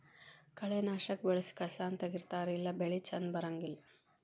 ಕಳೆನಾಶಕಾ ಬಳಸಿ ಕಸಾನ ತಗಿತಾರ ಇಲ್ಲಾ ಬೆಳಿ ಚಂದ ಬರಂಗಿಲ್ಲಾ